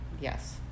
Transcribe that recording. Yes